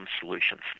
solutions